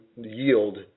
yield